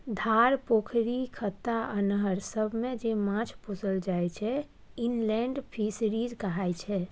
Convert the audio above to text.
धार, पोखरि, खत्ता आ नहर सबमे जे माछ पोसल जाइ छै इनलेंड फीसरीज कहाय छै